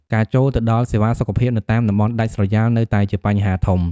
ការចូលទៅដល់សេវាសុខភាព នៅតាមតំបន់ដាច់ស្រយាលនៅតែជាបញ្ហាធំ។